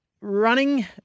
running